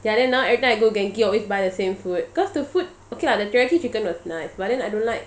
ya then now everytime I go genki I always buy the same food cause the food okay lah the teriyaki chicken was nice but then I don't like